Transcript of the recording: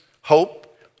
hope